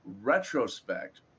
Retrospect